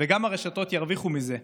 וגם הרשתות ירוויחו מזה,